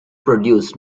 produced